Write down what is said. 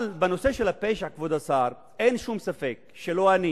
אבל בנושא של הפשע, כבוד השר, אין שום ספק שלא אני